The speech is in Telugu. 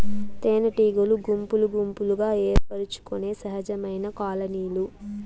తేనెటీగలు గుంపులు గుంపులుగా ఏర్పరచుకొనే సహజమైన కాలనీలు